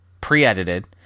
pre-edited